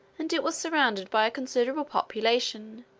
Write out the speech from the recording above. and it was surrounded by a considerable population,